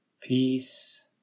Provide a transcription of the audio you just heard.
Peace